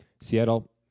Seattle